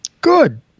Good